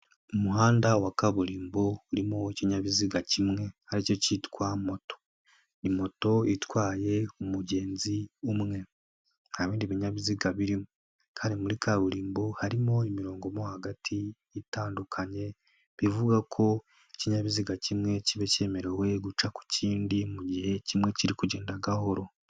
Umuhanda wa kaburimbo urimo ikinyabiziga kimwe ari cyo kitwa moto. Ni moto itwaye umugenzi umwe, nta bindi binyabiziga birimo kandi muri kaburimbo harimo imirongo mo hagati itandukanye bivuga ko ikinyabiziga kimwe kiba kemerewe guca ku kindi mu gihe kimwe kiri kugenda gahoro.